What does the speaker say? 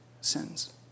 sins